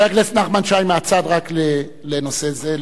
חבר הכנסת נחמן שי, מהצד, רק לנושא זה.